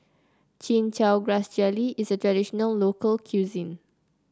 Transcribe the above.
Chin Chow Grass Jelly is a traditional local cuisine